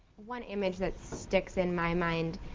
one image that sticks in my mind,